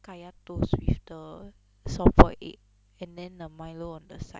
kaya toast with the soft boil egg and then the milo on the side